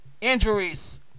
injuries